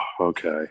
okay